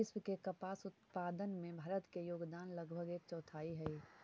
विश्व के कपास उत्पादन में भारत के योगदान लगभग एक चौथाई हइ